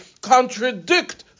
contradict